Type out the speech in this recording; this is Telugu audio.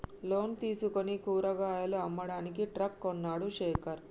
లోన్ తీసుకుని కూరగాయలు అమ్మడానికి ట్రక్ కొన్నడు శేఖర్